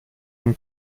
dem